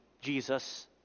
Jesus